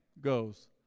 goes